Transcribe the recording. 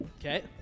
Okay